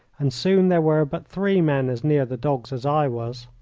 and soon there were but three men as near the dogs as i was.